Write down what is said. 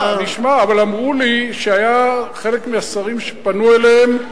בסדר, נשמע, אבל אמרו לי שחלק מהשרים שפנו אליהם,